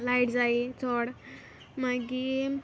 light जायी चोड मागी